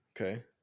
Okay